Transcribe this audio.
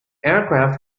aircraft